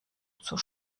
zur